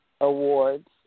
Awards